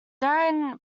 therein